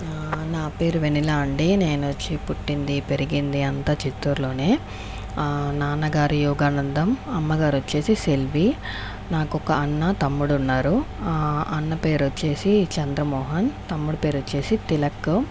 నా పేరు వెన్నెల అండి నేను వచ్చి పుట్టింది పెరిగింది అంత చిత్తూరులోనే నాన్నగారు యోగానందం అమ్మగారు వచ్చేసి సెల్వి నాకు ఒక అన్న తమ్ముడు ఉన్నారు అన్నపేరు వచ్చేసి చంద్రమోహన్ తమ్ముడు పేరు వచ్చేసి తిలక్